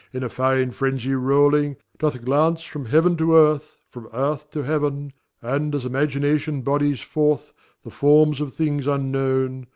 in a fine frenzy rolling, doth glance from heaven to earth, from earth to heaven and as imagination bodies forth the forms of things unknown,